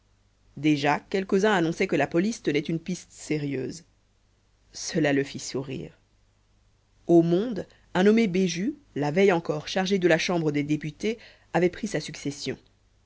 déjà quelques-uns annonçaient que la police tenait une piste sérieuse cela le fit sourire au monde un nommé béjut la veille encore chargé de la chambre des députés avait pris sa succession